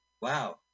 Wow